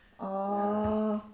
orh